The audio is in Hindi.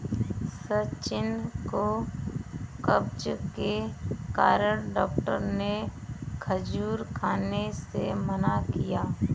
सचिन को कब्ज के कारण डॉक्टर ने खजूर खाने से मना किया